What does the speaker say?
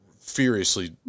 furiously